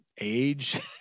age